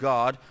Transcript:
God